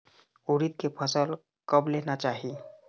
उरीद के फसल कब लेना चाही?